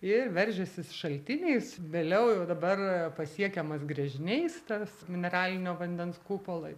ir veržęsis šaltiniais vėliau jau dabar pasiekiamas gręžiniais tas mineralinio vandens kupolai